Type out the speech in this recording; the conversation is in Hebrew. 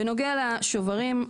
בנוגע לשוברים,